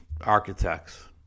architects